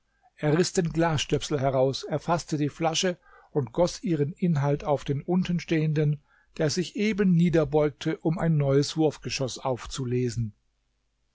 er riß den glasstöpsel heraus erfaßte die dicke flasche und goß ihren inhalt auf den untenstehenden herab der sich eben niederbeugte um ein neues wurfgeschoß aufzulesen